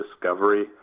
discovery